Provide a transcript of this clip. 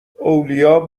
اولیاء